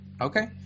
okay